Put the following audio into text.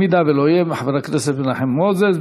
אם לא יהיה, חבר הכנסת מנחם מוזס.